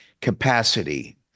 capacity